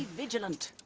ah agent